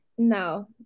No